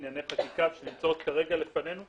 לענייני חקיקה ושנמצאות כרגע לפנינו,